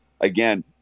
again